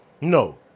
No